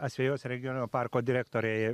asvejos regioninio parko direktorei